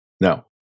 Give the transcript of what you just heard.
No